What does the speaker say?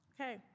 okay